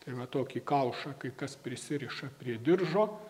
tai va tokį kaušą kai kas prisiriša prie diržo